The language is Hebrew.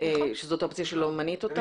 זאת אופציה שלא מנית אותה.